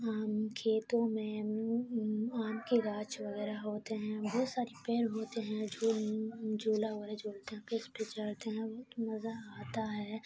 آم کھیتوں میں آم کے گاچھ وغیرہ ہوتے ہیں بہت ساری پیر ہوتے ہیں جھول جھولا وغیرہ جھولتے ہوں گے پھر اس پہ چڑھتے ہیں بہت مزہ آتا ہے